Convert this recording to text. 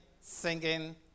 singing